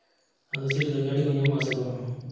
ᱟᱫᱚ ᱪᱮᱫ ᱞᱮᱠᱟ ᱜᱟᱹᱰᱤ ᱠᱚ ᱧᱟᱢᱚᱜ ᱟᱥᱮ ᱵᱟᱝᱼᱟ